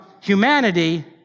humanity